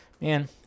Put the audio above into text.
man